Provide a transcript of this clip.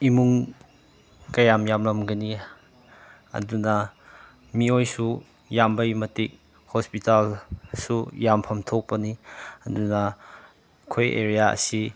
ꯏꯃꯨꯡ ꯀꯌꯥꯝ ꯌꯥꯝꯂꯝꯒꯅꯤ ꯑꯗꯨꯅ ꯃꯤꯑꯣꯏꯁꯨ ꯌꯥꯝꯕꯒꯤ ꯃꯇꯤꯛ ꯍꯣꯁꯄꯤꯇꯥꯜꯁꯨ ꯌꯥꯝꯐꯝ ꯊꯣꯛꯄꯅꯤ ꯑꯗꯨꯅ ꯑꯩꯈꯣꯏ ꯑꯦꯔꯤꯌꯥ ꯑꯁꯤ